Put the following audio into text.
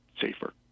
safer